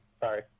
Sorry